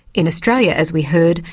in australia, as we heard,